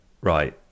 right